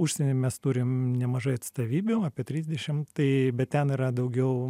užsienį mes turim nemažai atstovybių apie trisdešimt tai bet ten yra daugiau